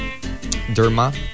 Derma